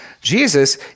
Jesus